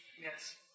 Yes